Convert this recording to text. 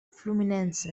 fluminense